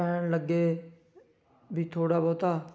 ਪੈਣ ਲੱਗੇ ਵੀ ਥੋੜ੍ਹਾ ਬਹੁਤਾ